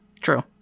True